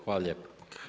Hvala lijepo.